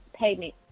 payment